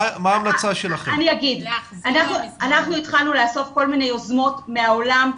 אנחנו התחלנו לאסוף כל מיני יוזמות מהעולם.